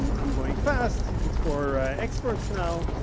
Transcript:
i'm going fast, it's for experts now.